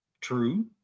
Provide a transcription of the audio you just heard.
True